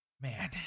Man